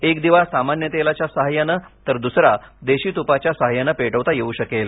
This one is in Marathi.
एक दिवा सामान्य तेलाच्या सहाय्याने तर दुसरा देशी तुपाच्या सहाय्याने पेटवता येवू शकेल